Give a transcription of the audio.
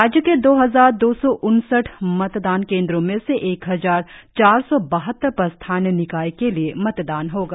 राज्य के दो हजार दो सौ उनसठ मतदान केंद्रो मे से एक हजार चार सौ बाहत्तर पर स्थानीय निकाय के लिए मतदान होगा